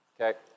Okay